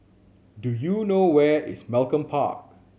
do you know where is Malcolm Park